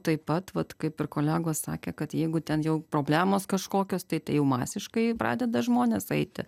taip pat vat kaip ir kolegos sakė kad jeigu ten jau problemos kažkokios taip jau masiškai pradeda žmonės eiti